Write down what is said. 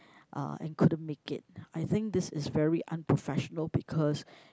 uh and couldn't make it I think this is very unprofessional because